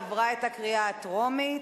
עברה את הקריאה הטרומית,